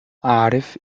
أعرف